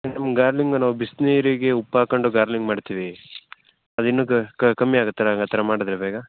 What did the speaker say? gargling ನಾವು ಬಿಸಿ ನೀರಿಗೆ ಉಪ್ಪು ಹಾಕ್ಕೊಂಡು ಗಾರ್ಗ್ಲಿಂಗ್ ಮಾಡ್ತೀವಿ ಅದಿನ್ನೂ ಕಮ್ಮಿ ಆಗುತ್ತಲ್ಲ ಹಾಗೆ ಆ ಥರ ಮಾಡಿದ್ರೆ ಬೇಗ